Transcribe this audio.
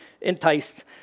enticed